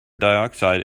dioxide